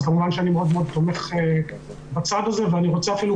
אז כמובן שאני מאוד תומך בצעד הזה ואני רוצה אפילו